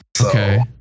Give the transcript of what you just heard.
Okay